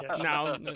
now